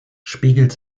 spiegelt